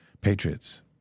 Patriots